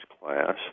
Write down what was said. class